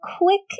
quick